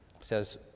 says